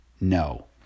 no